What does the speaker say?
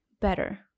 better